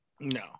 No